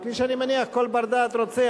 וכפי שאני מניח כל בר-דעת רוצה,